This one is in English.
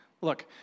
look